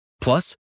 Plus